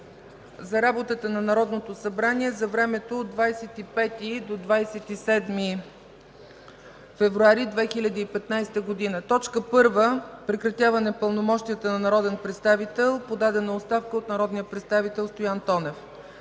за работата на Народното събрание за времето от 25 до 27 февруари 2015 г. 1. Прекратяване пълномощията на народен представител – подадена оставка от народния представител Стоян Тонев.